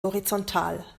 horizontal